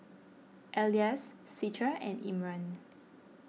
Elyas Citra and Imran